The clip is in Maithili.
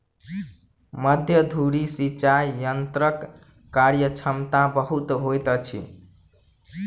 मध्य धुरी सिचाई यंत्रक कार्यक्षमता बहुत होइत अछि